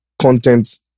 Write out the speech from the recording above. content